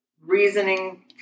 reasoning